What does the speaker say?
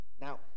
Now